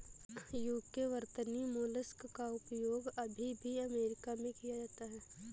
UK वर्तनी mollusc का उपयोग अभी भी अमेरिका में किया जाता है